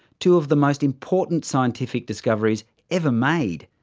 two of the most important scientific discoveries ever made!